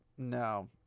No